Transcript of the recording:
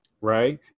Right